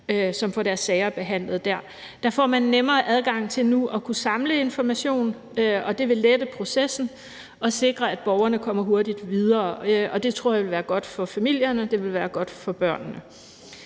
som får deres sager behandlet der. Der får man nu nemmere adgang til at kunne samle information, og det vil lette processen og sikre, at borgerne kommer hurtigt videre. Det tror jeg vil være godt for familierne og godt for børnene.